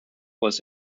was